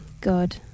God